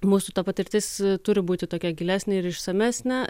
mūsų ta patirtis turi būti tokia gilesnė ir išsamesnė